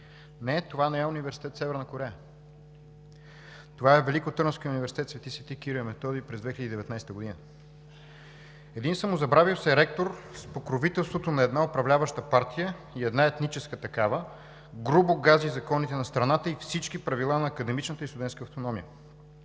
Не, това не е университет в Северна Корея. Това е Великотърновският университет „Св. св. Кирил и Методий“ през 2019 г.! Един самозабравил се ректор, с покровителството на една управляваща партия и една етническа такава, грубо гази законите на страната и всички правила на академичната и студентската автономия.